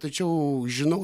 tačiau žinau